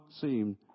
seem